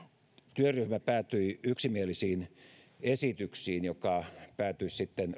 työryhmä päätyi yksimielisiin esityksiin jotka päätyisivät sitten